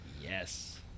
Yes